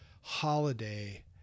holiday